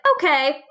okay